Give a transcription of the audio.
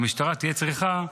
המשטרה תהיה צריכה,